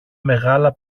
μεγάλα